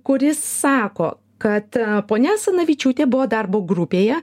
kuris sako kad ponia asanavičiūtė buvo darbo grupėje